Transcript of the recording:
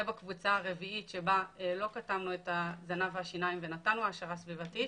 ובקבוצה הרביעית שבה לא קטמנו את הזנב והשיניים ונתנו העשרה סביבתית,